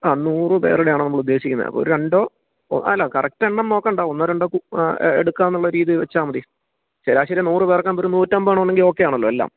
ആ നൂറ് പേരുടെയാണ് നമ്മൾ ഉദ്ദേശിക്കുന്നത് ഒരു രണ്ടോ ആ അല്ല കറക്റ്റ് എണ്ണം നോക്കണ്ട ഒന്നോ രണ്ടോ ആ എടുക്കാമെന്നുള്ള രീതിയിൽ വെച്ചാൽ മതി ശരാശരി നൂറ് പേർക്കാകുമ്പോൾ ഒരു നൂറ്റി അൻപതെണ്ണം ഉണ്ടെങ്കിൽ ഓക്കെയാണല്ലോ എല്ലാം